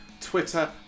Twitter